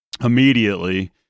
immediately